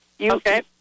Okay